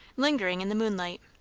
lingering in the moonlight.